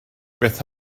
beth